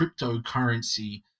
cryptocurrency